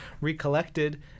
recollected